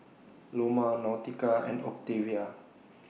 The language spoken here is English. Loma Nautica and Octavia